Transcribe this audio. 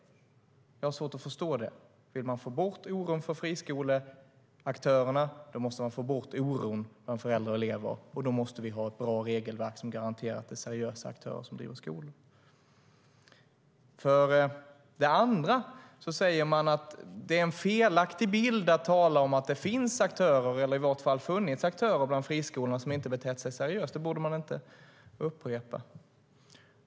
Jag har svårt att förstå det. Vill vi få bort oron för friskoleaktörerna måste vi få bort oron bland föräldrar och elever, och då måste vi ha ett bra regelverk som garanterar att det är seriösa aktörer som driver skolor. För det andra sägs det vara en felaktig bild att tala om att det finns, eller har funnits, aktörer bland friskolorna som inte har betett sig seriöst. Det borde vi inte upprepa.